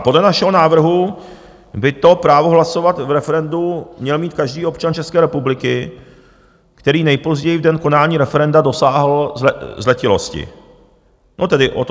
Podle našeho návrhu by právo hlasovat v referendu měl mít každý občan České republiky, který nejpozději v den konání referenda dosáhl zletilosti, tedy od 18 let.